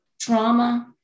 trauma